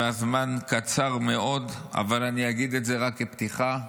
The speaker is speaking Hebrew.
והזמן קצר מאוד, אבל אני אגיד את זה רק כפתיחה,